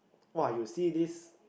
!woah! you see this